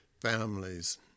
families